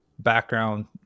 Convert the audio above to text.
background